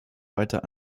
weiter